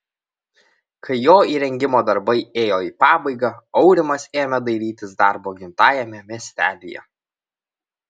kai jo įrengimo darbai ėjo į pabaigą aurimas ėmė dairytis darbo gimtajame miestelyje